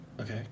Okay